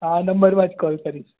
આ નંબરમાં જ કોલ કરીશ